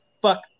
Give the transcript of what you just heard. fuck